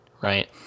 right